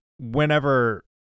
whenever